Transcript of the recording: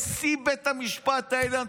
נשיא בית המשפט העליון,